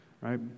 right